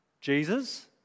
Jesus